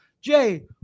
Jay